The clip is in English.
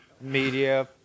media